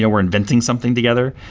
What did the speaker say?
yeah we're inventing something together.